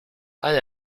أنا